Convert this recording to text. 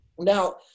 Now